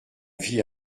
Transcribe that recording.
vit